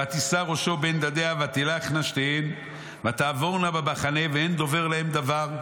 ותישא ראשו בין דדיה ותלכנה שתיהן ותעברנה במחנה ואין דובר להם דבר,